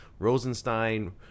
rosenstein